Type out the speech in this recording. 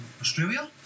Australia